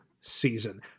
season